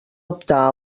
optar